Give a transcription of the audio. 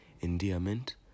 endearment